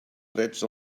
drets